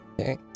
Okay